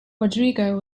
rodrigo